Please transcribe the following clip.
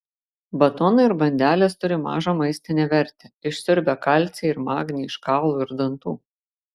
batonai ir bandelės turi mažą maistinę vertę išsiurbia kalcį ir magnį iš kaulų ir dantų